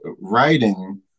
writing